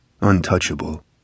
untouchable